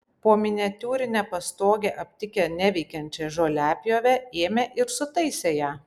po miniatiūrine pastoge aptikę neveikiančią žoliapjovę ėmė ir sutaisė ją